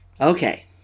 Okay